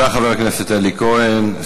תודה, חבר הכנסת אלי כהן.